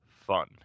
fun